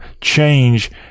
change